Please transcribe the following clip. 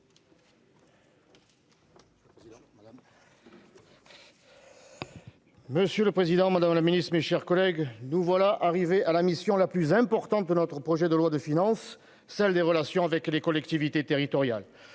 Monsieur le Président, Madame la Ministre, mes chers collègues, nous voilà arrivés à la mission la plus importante de notre projet de loi de finances, celle des relations avec les collectivités territoriales,